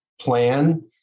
plan